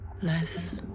less